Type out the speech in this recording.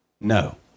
No